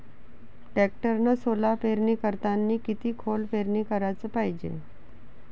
टॅक्टरनं सोला पेरनी करतांनी किती खोल पेरनी कराच पायजे?